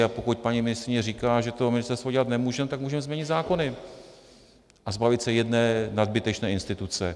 A pokud paní ministryně říká, že to ministerstvo dělat nemůže, no tak můžeme změnit zákony a zbavit se jedné nadbytečné instituce.